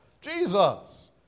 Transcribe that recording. Jesus